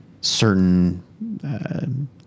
certain